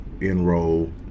enroll